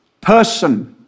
person